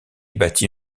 bâtit